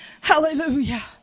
Hallelujah